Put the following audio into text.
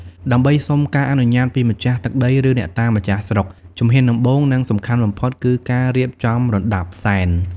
ដើម្បីសុំការអនុញ្ញាតពីម្ចាស់ទឹកដី ឬអ្នកតាម្ចាស់ស្រុក ជំហានដំបូង និងសំខាន់បំផុតគឺការរៀបចំរណ្តាប់សែន។